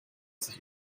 sich